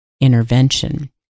intervention